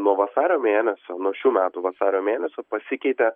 nuo vasario mėnesio nuo šių metų vasario mėnesio pasikeitė